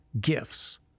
gifts